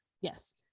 Yes